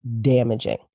damaging